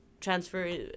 transfer